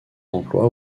emplois